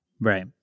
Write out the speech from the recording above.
Right